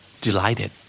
delighted